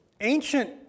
ancient